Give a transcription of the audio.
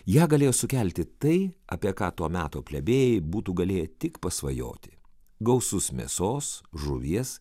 ją galėjo sukelti tai apie ką to meto plebėjai būtų galėję tik pasvajoti gausus mėsos žuvies